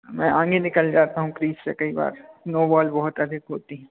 मैं आगे निकल जाता हूँ क्रीज से कई बार नो बॉल बहुत अधिक होती हैं